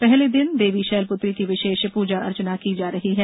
पहले दिन देवी शैलपूत्री की विशेष पूजा अर्चना की जा रही है